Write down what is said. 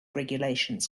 regulations